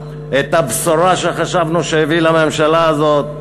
את הבשורה שחשבנו שהביא לממשלה הזאת,